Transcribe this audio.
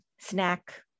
snack